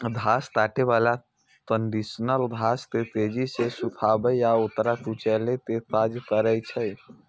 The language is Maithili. घास काटै बला कंडीशनर घास के तेजी सं सुखाबै आ ओकरा कुचलै के काज करै छै